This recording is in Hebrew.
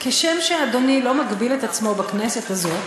כשם שאדוני לא מגביל את עצמו בכנסת הזאת